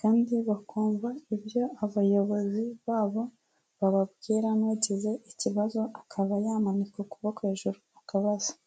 kandi bakumva ibyo abayobozi babo bababwira n'ugize ikibazo akaba yamanika ukuboko hejuru akabaza.